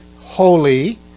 holy